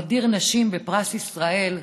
המדיר נשים בפרס ישראל,